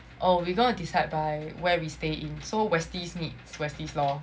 oh we gonna decide by where we stay in so westies meet westies lor